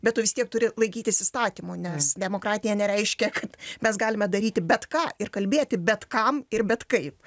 bet tu vis tiek turi laikytis įstatymų nes demokratija nereiškia kad mes galime daryti bet ką ir kalbėti bet kam ir bet kaip